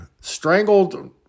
strangled